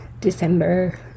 December